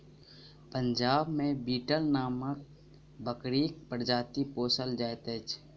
पंजाब मे बीटल नामक बकरीक प्रजाति पोसल जाइत छैक